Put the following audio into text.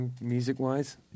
music-wise